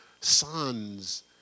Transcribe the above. sons